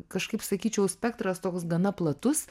kažkaip sakyčiau spektras toks gana platus